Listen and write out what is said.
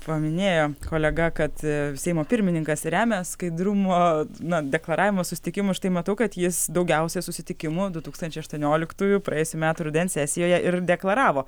paminėjo kolega kad seimo pirmininkas remia skaidrumą na deklaravimą susitikimų štai matau kad jis daugiausiai susitikimo du tūkstančiai aštuonioliktųjų praėjusių metų rudens sesijoje ir deklaravo